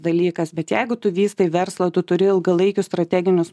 dalykas bet jeigu tu vystai verslą tu turi ilgalaikius strateginius